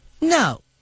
no